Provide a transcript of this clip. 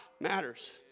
matters